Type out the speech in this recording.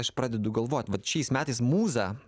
aš pradedu galvot vat šiais metais mūza